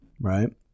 right